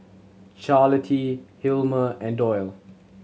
Charlottie Hilmer and Doyle